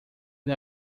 ele